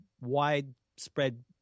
widespread